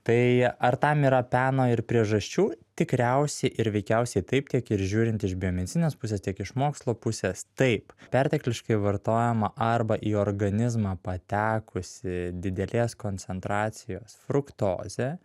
tai ar tam yra peno ir priežasčių tikriausiai ir veikiausiai taip tiek ir žiūrint iš biomedicinos pusės tiek iš mokslo pusės taip pertekliškai vartojama arba į organizmą patekusi didelės koncentracijos fruktozė